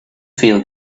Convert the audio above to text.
feel